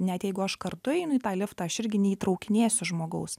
net jeigu aš kartu einu į tą liftą aš irgi neįtraukinėsiu žmogaus